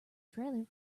trailer